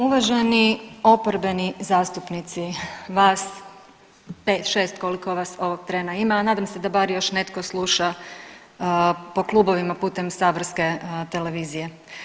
Uvaženi oporbeni zastupnici, vas 5-6 koliko vas ovog trena ima, a nadam se da bar još netko sluša po klubovima putem saborske televizije.